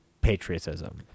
patriotism